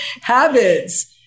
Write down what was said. habits